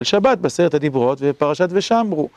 על שבת בעשרת הדיברות ופרשת ושמרו.